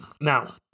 Now